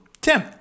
Tim